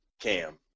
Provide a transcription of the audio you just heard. Cam